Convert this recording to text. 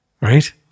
Right